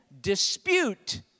dispute